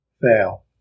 Fail